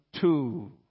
two